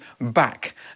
back